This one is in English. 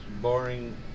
boring